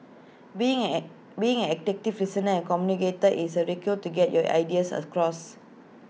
being an being an effective listener and communicator is A re cure to get your ideas across